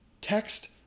text